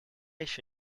еще